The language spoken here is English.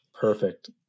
perfect